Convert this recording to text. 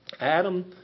Adam